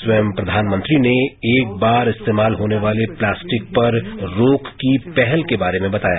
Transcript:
स्वयं प्रधानमंत्री ने एक बार इस्तेमाल होने वाली प्लास्टिक पर रोक की पहल के बारे में बताया